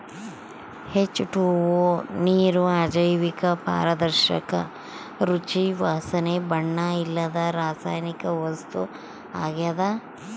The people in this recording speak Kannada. ಹೆಚ್.ಟು.ಓ ನೀರು ಅಜೈವಿಕ ಪಾರದರ್ಶಕ ರುಚಿ ವಾಸನೆ ಬಣ್ಣ ಇಲ್ಲದ ರಾಸಾಯನಿಕ ವಸ್ತು ಆಗ್ಯದ